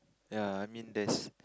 ya I mean there is